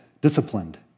disciplined